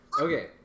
Okay